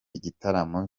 igitaramo